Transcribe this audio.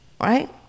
right